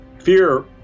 Fear